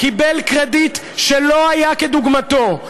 קיבל קרדיט שלא היה כדוגמתו,